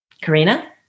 Karina